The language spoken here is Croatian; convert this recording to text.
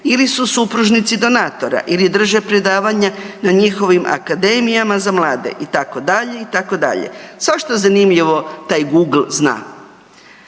ili su supružnici donatora ili drže predavanja na njihovim akademijama za mlade itd., itd., svašta zanimljivo taj Google zna.